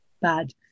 bad